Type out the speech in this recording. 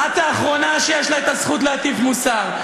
את האחרונה שיש לה זכות להטיף מוסר.